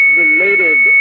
related